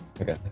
Okay